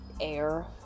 air